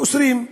אוסרים.